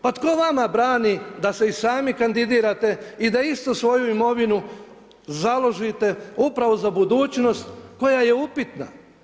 Pa tko vama brani da se i sami kandidirate i da isto svoju imovinu založite upravo za budućnost koja je upitna?